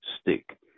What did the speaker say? stick